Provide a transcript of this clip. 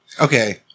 Okay